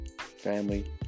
family